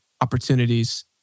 opportunities